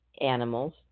animals